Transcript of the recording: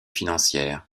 financières